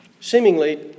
seemingly